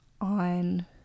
on